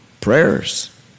Prayers